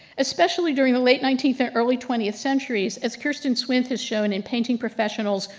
especially during the late nineteenth and early twentieth centuries as kirsten swift is shown in painting professionals,